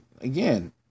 again